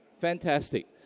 Fantastic